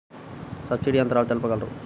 Subsidy యంత్రాలు తెలుపగలరు?